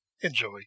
enjoy